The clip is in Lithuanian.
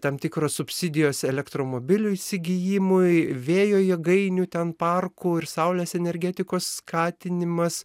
tam tikros subsidijos elektromobilių įsigijimui vėjo jėgainių ten parkų ir saulės energetikos skatinimas